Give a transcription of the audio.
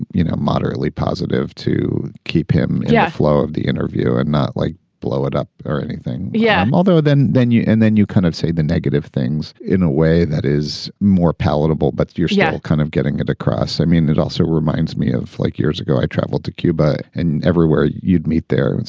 you know, moderately positive to keep him. yeah. flow of the interview and not like blow it up or anything. yeah. um although then then you. and then you kind of say the negative things in a way that is more palatable, but you're yeah still kind of getting it across i mean that also reminds me of like years ago i traveled to cuba and everywhere you'd meet there.